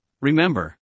remember